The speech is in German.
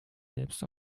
selbst